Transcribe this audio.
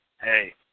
hey